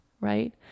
right